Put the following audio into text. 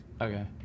Okay